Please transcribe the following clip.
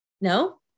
no